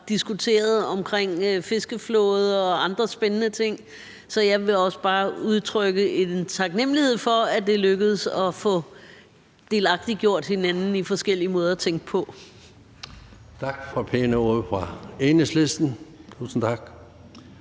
diskuteret omkring fiskeflåder og andre spændende ting. Så jeg vil jeg også bare udtrykke en taknemlighed for, at det er lykkedes at få delagtiggjort hinanden i forskellige måder at tænke på.